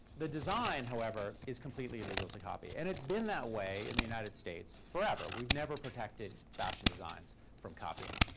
the design, however, is completely legal to copy. and it's been that way in the united states forever. we've never protected fashion designs from copying.